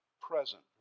Present